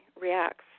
reacts